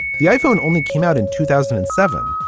the iphone only came out in two thousand and seven.